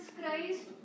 Christ